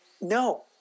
no